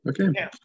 Okay